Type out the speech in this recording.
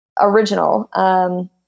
original